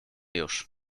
już